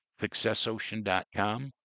SuccessOcean.com